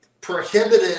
prohibited